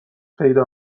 پیدا